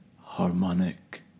harmonic